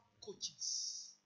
coaches